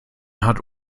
hat